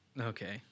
okay